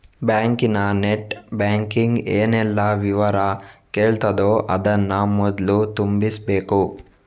ಬ್ಯಾಂಕಿನ net banking ಏನೆಲ್ಲ ವಿವರ ಕೇಳ್ತದೋ ಅದನ್ನ ಮೊದ್ಲು ತುಂಬಿಸ್ಬೇಕು